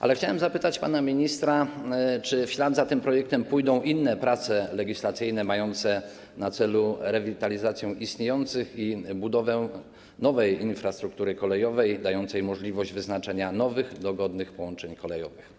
Ale chciałem zapytać pana ministra, czy w ślad za tym projektem pójdą inne prace legislacyjne mające na celu rewitalizację istniejących linii i budowę nowej infrastruktury kolejowej dającej możliwość wyznaczenia nowych, dogodnych połączeń kolejowych.